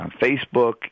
Facebook